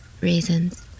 raisins